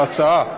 ההצעה,